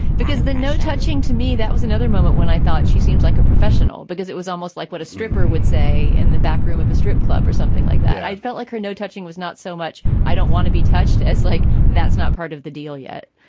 because the no touching to me, that was another moment when i thought she seemed like a professional because it was almost like what a stripper would say in the backroom of a strip club or something like that. i felt like her no touching was not so much. i don't want to be touched as like that's not part of the deal yet,